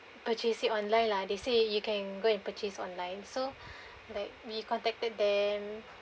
purchase it online lah they say you can go and purchase online so like we contacted them